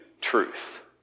truth